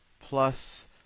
plus